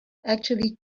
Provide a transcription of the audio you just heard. actually